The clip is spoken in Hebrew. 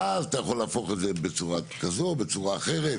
ואז אתה יכול להפוך את זה בצורה כזו, בצורה אחרת,